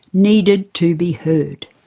needed to be heard.